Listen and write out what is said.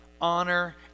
honor